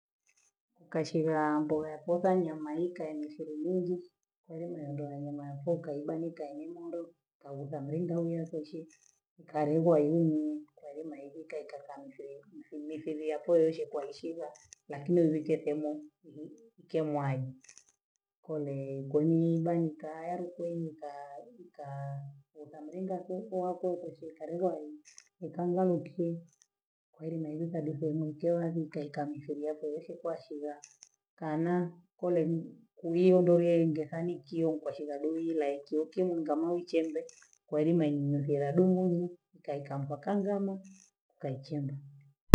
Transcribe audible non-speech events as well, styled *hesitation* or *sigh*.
Kukashelea ndo pota ya maliklaini nisherehe ngogi, heleme ngea na nyama ya koka ibenika nyimongo kaoleta mlinga iyakoshe, kalebo aiyumi, kweilima haivuki akafa mzuu, nifuliefilie apereshi kwaeshiva lakini niwingie sehemu *hesitation* nkemwayi, kulee kwenye miba nikalale kwenyukaa nika- nika- nika mlinga koko wako kuchi kalelai, nikangalo pyee kwaeli mailipa dipomokea nkaeka mithili ya koleshekwa shiva, kanaa kole ni kuiyendele ingethanikiyo nkwashila doile aikyo kioingama ichembe, kwaeli maimunkela dumnyongi, nkaeka mpaka ndana kachimba.